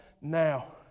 now